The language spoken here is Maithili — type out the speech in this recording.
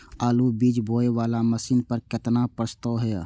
आलु बीज बोये वाला मशीन पर केतना के प्रस्ताव हय?